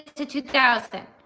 to two thousand.